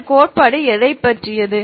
இந்த கோட்பாடு எதைப் பற்றியது